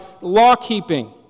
law-keeping